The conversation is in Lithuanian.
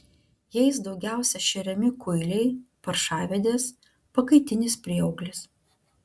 jais daugiausiai šeriami kuiliai paršavedės pakaitinis prieauglis